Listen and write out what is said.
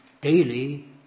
daily